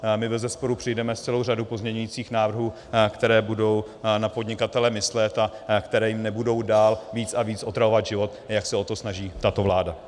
My bezesporu přijdeme s celou řadou pozměňujících návrhů, které budou na podnikatele myslet a které jim nebudou dál víc a víc otravovat život, jak se o to snaží tato vláda.